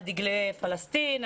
על דגלי פלסטין,